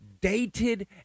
Dated